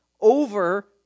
over